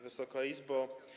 Wysoka Izbo!